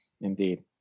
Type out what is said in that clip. Indeed